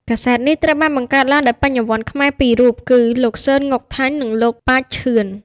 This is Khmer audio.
កាសែតនេះត្រូវបានបង្កើតឡើងដោយបញ្ញវន្តខ្មែរពីររូបគឺ លោក សឺន ង៉ុកថាញ់ និងលោក ប៉ាច ឈឿន។